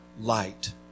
light